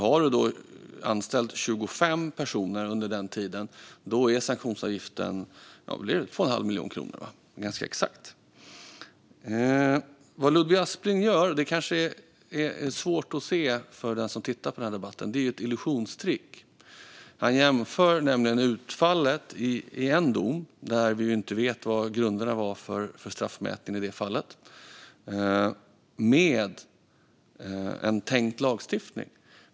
Har du anställt 25 personer under den tiden är sanktionsavgiften alltså ganska exakt 2,5 miljoner kronor. Vad Ludvig Aspling gör - det kanske är svårt att se för den som tittar på den här debatten - är ett illusionstrick. Han jämför nämligen utfallet i en enskild dom, där vi inte vet vad grunderna för straffmätning var, med en tänkt lagstiftning.